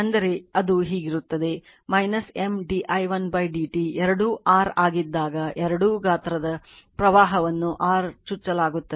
ಅದು ಹೀಗಿರುತ್ತದೆ M d i1 dt ಎರಡೂ r ಆಗಿದ್ದಾಗ ಎರಡೂ ಗಾತ್ರದ ಪ್ರವಾಹವನ್ನು r ಚುಚ್ಚಲಾಗುತ್ತದೆ